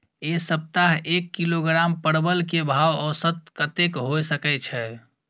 ऐ सप्ताह एक किलोग्राम परवल के भाव औसत कतेक होय सके छै?